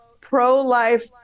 pro-life